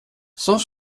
cent